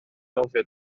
nofio